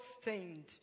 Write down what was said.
stained